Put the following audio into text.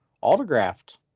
autographed